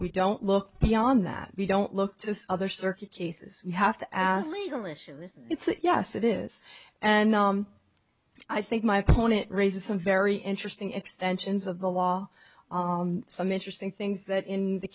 we don't look beyond that we don't look to other circuit cases you have to ask me the mission it's yes it is and i think my opponent raises some very interesting extensions of the law some interesting things that in the